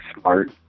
smart